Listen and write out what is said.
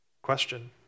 Question